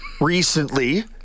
recently